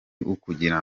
ukugira